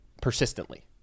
persistently